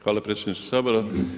Hvala predsjedniče Sabora.